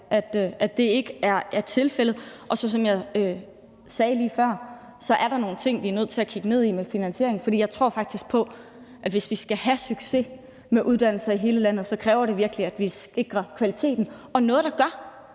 at det ikke er tilfældet. Som jeg sagde lige før, er der nogle ting, vi er nødt til at kigge ned i med finansiering, for jeg tror faktisk på, at hvis vi skal have succes med uddannelser i hele landet, kræver det virkelig, at vi sikrer kvaliteten, og at der er